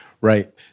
Right